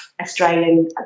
Australian